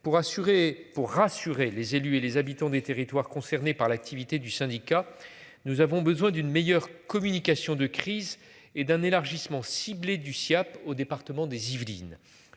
pour rassurer les élus et les habitants des territoires concernés par l'activité du syndicat. Nous avons besoin d'une meilleure communication de crise et d'un élargissement ciblé du Siaap au département des Yvelines.